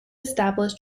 establish